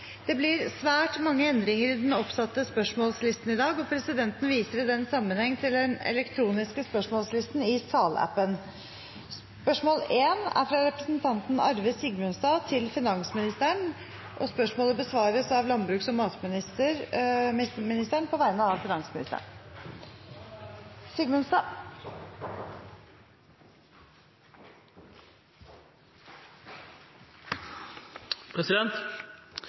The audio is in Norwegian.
presidenten viser i den sammenheng til den elektroniske spørsmålslisten. Endringene var som følger: Spørsmål 1, fra representanten Arve Sigmundstad til finansministeren, vil bli besvart av landbruks- og matministeren på vegne av finansministeren,